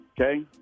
Okay